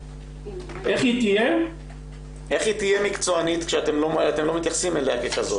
איך היא תהיה מקצוענית כשאתם לא מתייחסים אליה ככזאת?